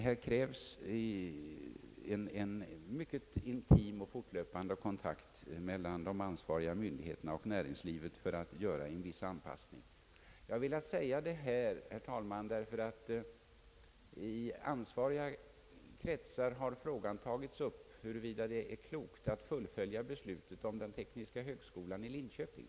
Här krävs en mycket intim och fortlöpande kontakt mellan de ansvariga myndigheterna och näringslivet för att en viss anpassning skall kunna genomföras. Jag har funnit anledning att säga detta, herr talman, därför att man i ansvariga kretsar har tagit upp frågan huruvida det är klokt att fullfölja beslutet om den tekniska högskolan i Linköping.